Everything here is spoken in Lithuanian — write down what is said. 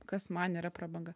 kas man yra prabanga